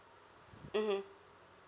mmhmm